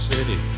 City